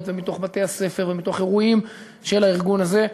ומתוך בתי-הספר ומתוך אירועים של הארגון הזה,